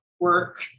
work